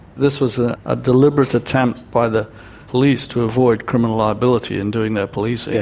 this was a ah deliberate attempt by the police to avoid criminal liability in doing their policing.